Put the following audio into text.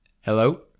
hello